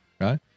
right